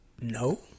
No